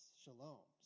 shalom